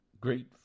great